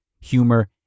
humor